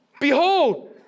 Behold